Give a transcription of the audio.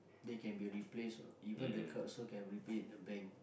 they can be replaced what even the card also can replace in the bank